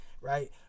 right